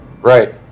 Right